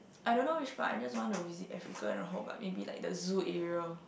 I don't know which part I just want to visit Africa and all but maybe like the zoo area